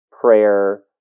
prayer